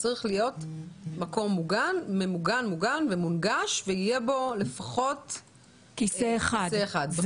צריך להיות מקום מוגן ומונגש ויהיה בו לפחות כיסא אחד.